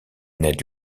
ned